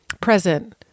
present